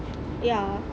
ya